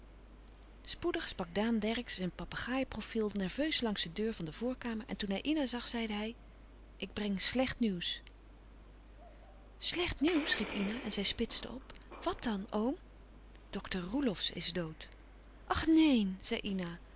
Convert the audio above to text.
spoedig stak daan dercksz zijn papegaaie profiel nerveus langs de deur van de voorkamer en toen hij ina zag zeide hij ik breng slecht nieuws louis couperus van oude menschen de dingen die voorbij gaan slecht nieuws riep ina en zij spitste op wat dan oom dokter roelofsz is dood ach neen